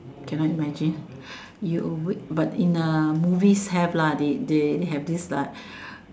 cannot imagine you awake but in the movies have lah they they have this like